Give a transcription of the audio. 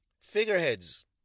Figureheads